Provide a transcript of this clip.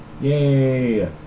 Yay